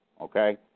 okay